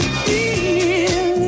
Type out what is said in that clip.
feel